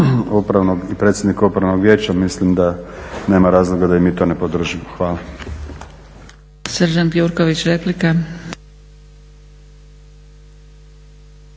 predsjednika upravnog vijeća mislim da nema razloga da i mi to ne podržimo. Hvala. **Zgrebec, Dragica